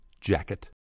jacket